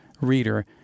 reader